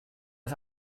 das